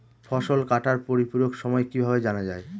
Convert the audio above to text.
ফসল কাটার পরিপূরক সময় কিভাবে জানা যায়?